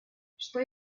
что